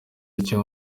atyo